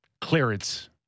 clearance